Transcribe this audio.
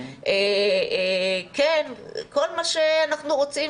כל מה שאנחנו רוצים,